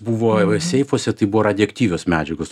buvo seifuose tai buvo radioaktyvios medžiagos